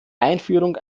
einführung